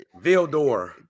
Vildor